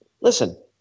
Listen